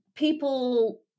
people